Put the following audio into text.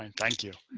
and thank you.